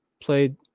played